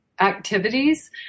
activities